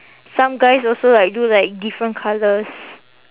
some guys also like do like different colours